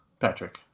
Patrick